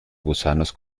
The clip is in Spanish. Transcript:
gusanos